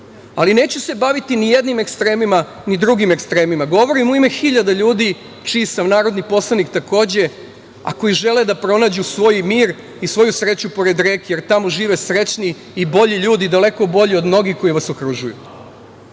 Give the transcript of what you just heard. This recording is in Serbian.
prirode. Neću se baviti ni jednim ekstremima, ni drugim ekstremima, govorim u ime hiljada ljudi čiji sam narodni poslanik, takođe, a koji žele da pronađu svoj mir i svoju sreću pored reke, jer tamo žive srećni i bolji ljudi, daleko bolji od mnogih koji vas okružuju. Ti